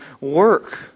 work